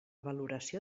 valoració